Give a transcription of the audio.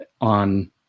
on